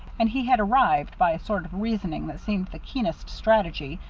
and he had arrived, by a sort of reasoning that seemed the keenest strategy,